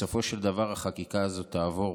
בסופו של דבר החקיקה הזאת תעבור,